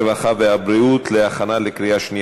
הרווחה והבריאות נתקבלה.